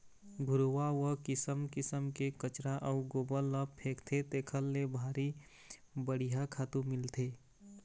घुरूवा म किसम किसम के कचरा अउ गोबर ल फेकथे तेखर ले भारी बड़िहा खातू मिलथे